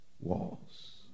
walls